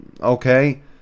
okay